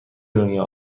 دنیا